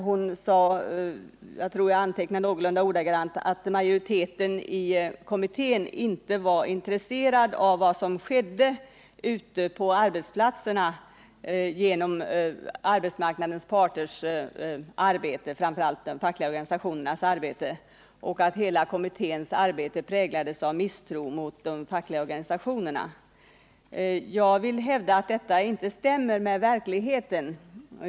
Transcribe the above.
Hon sade jag tror att jag antecknade det någorlunda ordagrant att majoriteten i kommittén inte var intresserad av vad som skedde ute på arbetsplatserna genom arbetsmarknadens parters arbete — framför allt de fackliga organisationernas arbete — och att hela kommitténs arbete präglades av misstro mot de fackliga organisationerna. Jag vill hävda att detta inte stämmer med verkligheten.